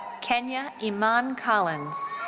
kenya iman collins.